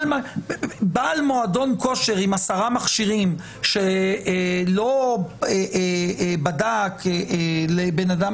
בעל מועדון כושר עם עשרה מכשירים שלא בדק בן אדם,